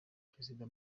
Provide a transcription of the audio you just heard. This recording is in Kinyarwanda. perezida